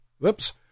Whoops